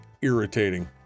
irritating